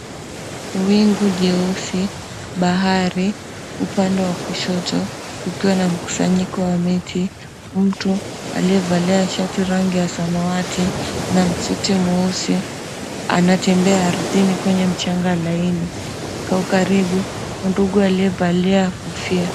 Wingu jeusi, bahari upande wa kushoto ukiwa na mkusanyiko wa miti. Mtu aliyevalia shati rangi ya samawati na msuti mweusi anatembea ardhini kwenye mchanga laini. Kwa ukaribu mndugu aliyevalia kofia.